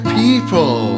people